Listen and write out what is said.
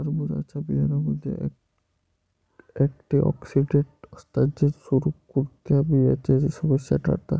टरबूजच्या बियांमध्ये अँटिऑक्सिडेंट असतात जे सुरकुत्या येण्याची समस्या टाळतात